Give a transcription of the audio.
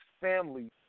families